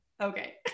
okay